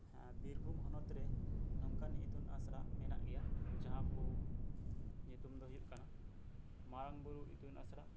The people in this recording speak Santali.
ᱵᱤᱨᱵᱷᱩᱢ ᱦᱚᱱᱚᱛ ᱨᱮ ᱱᱚᱝᱠᱟᱱ ᱤᱛᱩᱱ ᱟᱥᱲᱟ ᱢᱮᱱᱟᱜ ᱜᱮᱭᱟ ᱡᱟᱸᱦᱟ ᱠᱚ ᱧᱩᱛᱩᱢ ᱫᱚ ᱦᱩᱭᱩᱜ ᱠᱟᱱᱟ ᱢᱟᱨᱟᱝ ᱵᱩᱨᱩ ᱤᱛᱩᱱ ᱟᱥᱲᱟ